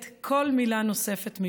נוספת.